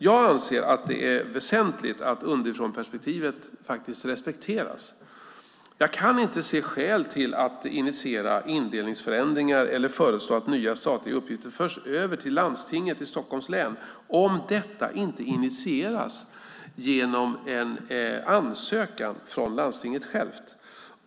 Jag anser att det är väsentligt att underifrånperspektivet respekteras. Jag kan inte se skäl till att initiera indelningsförändringar eller föreslå att nya statliga uppgifter förs över till landstinget i Stockholms län om detta inte initierats genom en ansökning från landstinget självt.